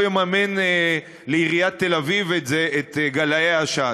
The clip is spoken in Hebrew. יממן לעיריית תל-אביב את גלאי העשן.